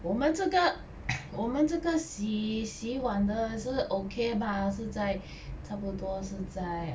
我们这个我们这个洗洗碗的是 okay bah 是在差不多是在 uh